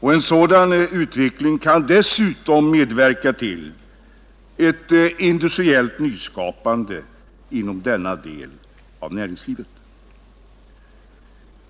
En sådan utveckling kan dessutom medverka till ett industriellt nyskapande inom denna del av näringslivet.